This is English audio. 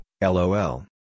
LOL